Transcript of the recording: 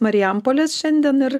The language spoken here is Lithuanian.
marijampolės šiandien ir